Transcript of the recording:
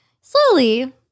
slowly